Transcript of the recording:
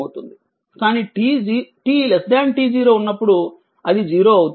కానీ t t0 ఉన్నప్పుడు అది 0 అవుతుంది